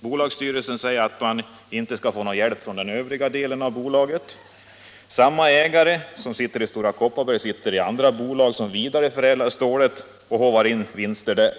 Bolagsstyrelsen säger att man inte skall få någon hjälp från den övriga delen av koncernen. Samma ägare som i Stora Kopparberg sitter också i bolag som vidareförädlar stålet och håvar in vinster där.